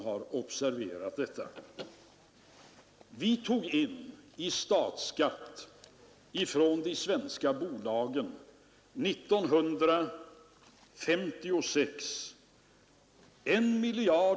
Vi tog år 1956 in i statsskatt från de svenska bolagen 1 miljard 156 miljoner.